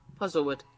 Puzzlewood